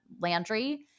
Landry